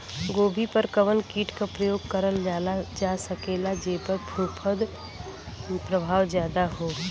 गोभी पर कवन कीट क प्रयोग करल जा सकेला जेपर फूंफद प्रभाव ज्यादा हो?